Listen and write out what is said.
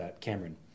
Cameron